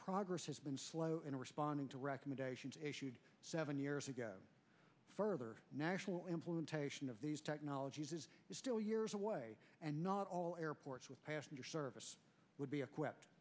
progress has been slow in responding to recommendations issued seven years ago further national implementation of these technologies is still years away and not all airports with passenger service would be equipped